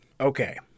Okay